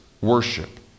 worship